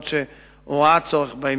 אף-על-פי שהוא ראה בזה צורך.